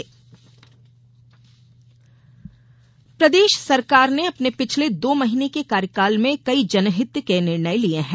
garment park प्रदेश सरकार ने अपने पिछले दो महीने के कार्यकाल में कई जनहित के निर्णय लिये हैं